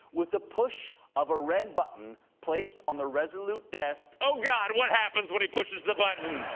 with the push of a red button placed on the resolute desk. oh, god! what happens when he pushes the button?